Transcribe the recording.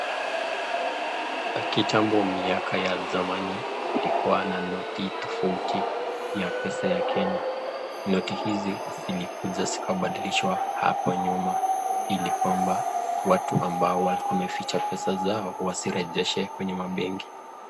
Kitambo miaka ya zamani kulikuwa na noti tofauti ya pesa ya kenya, noti hizi zilikuja zikabadilishwa hapo nyuma, hili kwamba watu ambao walikuwa wameficha pesa zao wazirejeshe kwenye mabenki